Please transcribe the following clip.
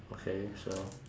okay so